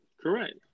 Correct